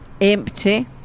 empty